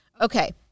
Okay